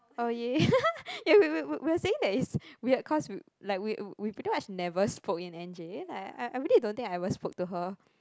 oh yay we we we were saying that it's weird cause like we we pretty much never spoke in N_J like I I really don't think I ever spoke to her